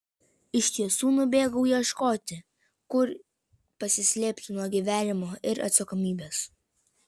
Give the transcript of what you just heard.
iš tiesų nubėgau ieškoti kur pasislėpti nuo gyvenimo ir atsakomybės